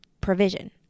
provision